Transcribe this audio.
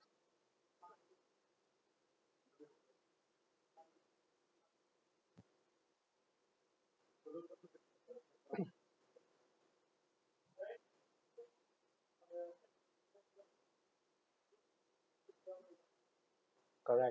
correct